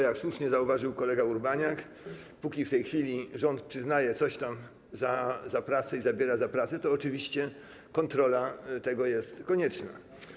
Jak słusznie zauważył kolega Urbaniak, póki w tej chwili rząd przyznaje coś tam za pracę i zabiera za pracę, to oczywiście kontrola tego jest konieczna.